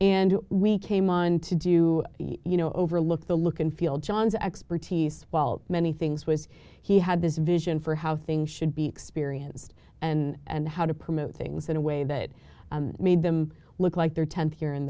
and we came on to do you know overlook the look and feel john's expertise while many things was he had this vision for how things should be experienced and how to promote things in a way that made them look like their tenth year in